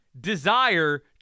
desire